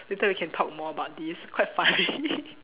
later we can talk more about this quite funny